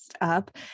up